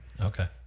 okay